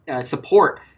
support